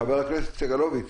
חבר הכנסת סגלוביץ',